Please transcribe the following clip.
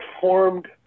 formed